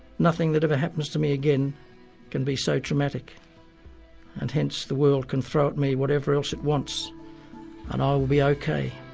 nothing that ever happens to me again can be so traumatic and hence the world can throw at me whatever else it wants and i will be ok.